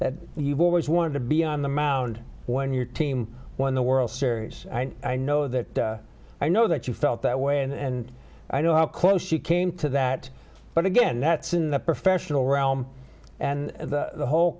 that you've always wanted to be on the mound when your team won the world series i know that i know that you felt that way and i know how close she came to that but again that's in the professional realm and the whole